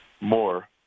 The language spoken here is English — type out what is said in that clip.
more